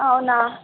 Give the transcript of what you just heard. అవునా